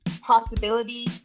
possibility